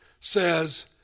says